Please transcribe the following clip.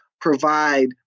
provide